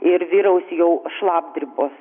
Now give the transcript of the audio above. ir vyraus jau šlapdribos